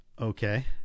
okay